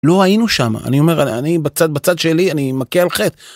לא היינו שם אני אומר אני בצד בצד שלי אני מכה על חטא.